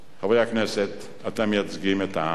חברי הכנסת, אתם מייצגים את העם,